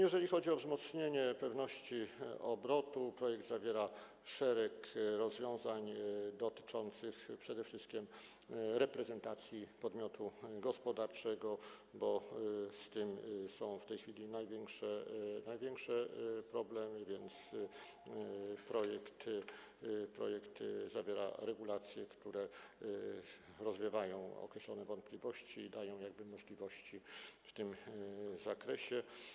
Jeżeli chodzi o wzmocnienie pewności obrotu, to projekt zawiera szereg rozwiązań dotyczących przede wszystkim reprezentacji podmiotu gospodarczego, bo z tym są w tej chwili największe problemy, więc są w nim regulacje, które rozwiewają określone wątpliwości i dają jakby możliwości w tym zakresie.